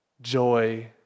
joy